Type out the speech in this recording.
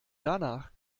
danach